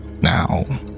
now